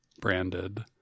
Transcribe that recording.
branded